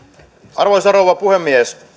arvoisa rouva puhemies